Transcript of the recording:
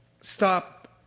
Stop